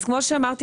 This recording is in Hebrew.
אז כמו שאמרתי,